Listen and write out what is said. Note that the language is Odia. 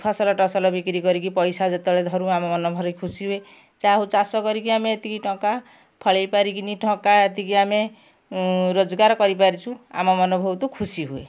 ଫସଲ ଟସଲ ବିକ୍ରି କରିକି ପଇସା ଯେତେବେଳେ ଧରୁ ଆମ ମନ ଭାରି ଖୁସି ହୁଏ ଚାଷ କରିକି ଆମେ ଏତିକି ଟଙ୍କା ଫଳେଇ ପାରିକି ଟଙ୍କା ଏତିକି ଆମେ ରୋଜଗାର କରିପାରିଛୁ ଆମ ମନ ବହୁତ ଖୁସି ହୁଏ